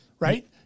Right